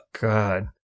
god